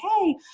hey